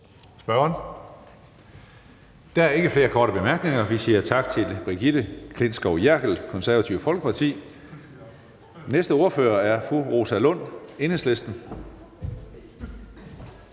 Der er ikke flere korte bemærkninger. Vi siger tak til fru Brigitte Klintskov Jerkel, Det Konservative Folkeparti. Den næste ordfører er fru Rosa Lund, Enhedslisten.